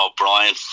O'Brien